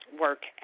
work